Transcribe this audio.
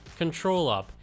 ControlUp